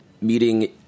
meeting